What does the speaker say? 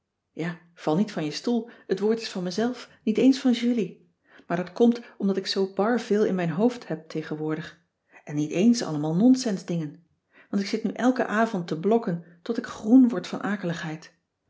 ja val niet van je stoel t woord is van mezelf niet eens van julie maar dat komt omdat ik zoo bar veel in mijn hoofd heb tegenwoordig en niet eens allemaal nonsensdingen want ik zit nu elken avond te blokken tot ik groen word van